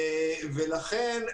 ולכן,